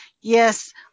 Yes